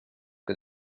que